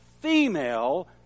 female